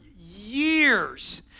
years